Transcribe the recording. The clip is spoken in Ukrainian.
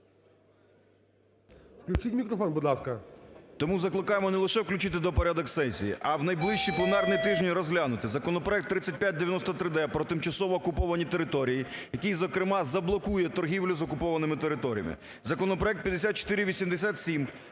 Включіть мікрофон, будь ласка. 10:41:32 СЕМЕНУХА Р.С. Тому закликаємо не лише включити до порядку сесії, а в найближчий пленарний тиждень розглянути законопроект 3593д про тимчасово окуповані території, який, зокрема, заблокує торгівлю з окупованими територіями. Законопроект 5487